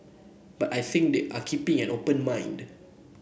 but I think that they are keeping an open mind